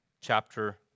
chapter